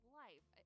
life